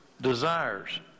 desires